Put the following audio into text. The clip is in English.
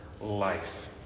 life